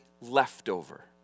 leftover